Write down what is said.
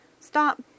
stop